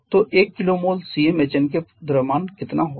तो 1 kmol CmHn के लिए द्रव्यमान कितना होगा